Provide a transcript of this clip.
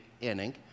inning